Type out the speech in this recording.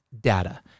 data